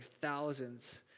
thousands